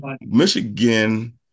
Michigan